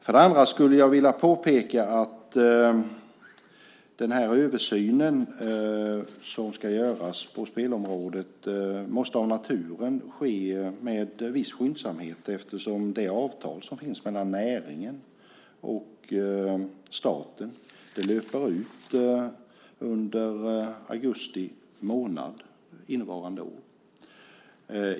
För det andra skulle jag vilja påpeka att den översyn som ska göras på spelområdet av naturen måste ske med viss skyndsamhet eftersom det avtal som finns mellan näringen och staten löper ut under augusti månad innevarande år.